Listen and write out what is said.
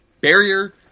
barrier